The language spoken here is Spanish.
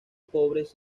pobres